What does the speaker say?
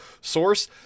Source